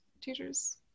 teachers